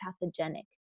pathogenic